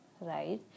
right